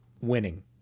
winning